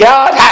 God